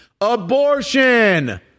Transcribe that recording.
Abortion